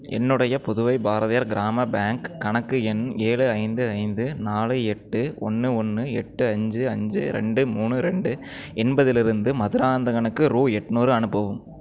என்னுடைய புதுவை பாரதியார் கிராம பேங்க் கணக்கு எண் ஏழு ஐந்து ஐந்து நாலு எட்டு ஒன்று ஒன்று எட்டு அஞ்சு அஞ்சு ரெண்டு மூணு ரெண்டு என்பதிலிருந்து மதுராந்தகனுக்கு ரூ எட்நூறு அனுப்பவும்